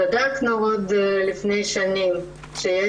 בדקנו כבר לפני שנים ויש